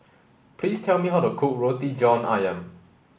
please tell me how to cook Roti John Ayam